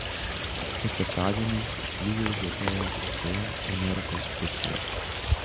ketvirtadienį ji jau žėrėjo kitoje amerikos pusėje